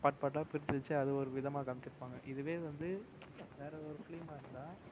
part பார்ட்டாக பிரித்து வச்சு அதை ஒரு விதமாக காண்மிச்சிருப்பாங்க இதுவே இது வந்து வேறு ஒரு ஃப்லிம்மாக இருந்தால்